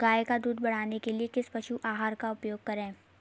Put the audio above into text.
गाय का दूध बढ़ाने के लिए किस पशु आहार का उपयोग करें?